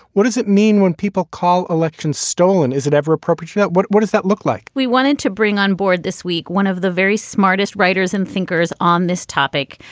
what does it mean when people call elections stolen? is it ever appropriate? what what does that look like? we wanted to bring on board this week one of the very smartest writers and thinkers on this topic.